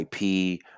ip